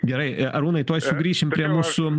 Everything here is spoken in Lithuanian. gerai e arūnai tuoj sugrįšim prie mūsų